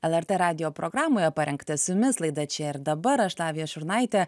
lrt radijo programoje parengta su jumis laida čia ir dabar aš lavija šurnaitė